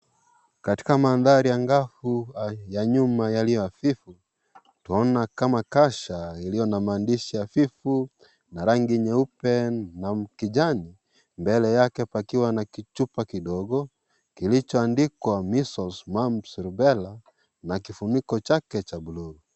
Katika maandhari angavu ya nyuma yaliyo hafifu, twaona kama kasha iliyo na maandishi hafifu na rangi nyeupe na kijani. Mbele yake wakiwa na kichupa kidogo kilichoandikwa "Measles Mumps na Rubella" na kifuniko chake cha bluu.